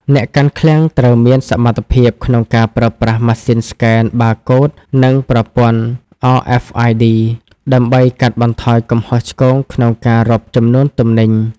អ្នកកាន់ឃ្លាំងត្រូវមានសមត្ថភាពក្នុងការប្រើប្រាស់ម៉ាស៊ីនស្កែនបាកូដ និងប្រព័ន្ធ RFID ដើម្បីកាត់បន្ថយកំហុសឆ្គងក្នុងការរាប់ចំនួនទំនិញ។